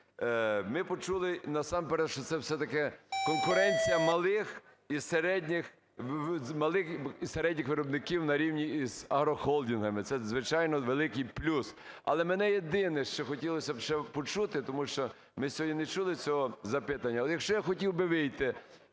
Ми почули, насамперед, що це все-таки конкуренція малих і середніх виробників на рівні з агрохолдингами. Це, звичайно, великий плюс. Але мені єдине що хотілось би ще почути, тому що ми сьогодні не чули цього запитання. Але якщо я хотів б вийти